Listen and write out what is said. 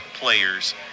players